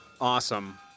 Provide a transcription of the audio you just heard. Awesome